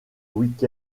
week